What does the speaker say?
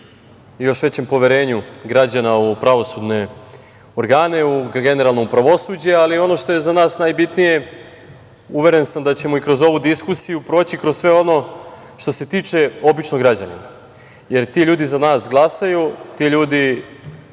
još većem poverenju građana u pravosudne organe, generalno u pravosuđe, ali, ono što je za nas najbitnije, uveren sam da ćemo kroz ovu diskusiju proći kroz sve ono što se tiče običnog građanina, jer ti ljudi za nas glasaju, ti ljudi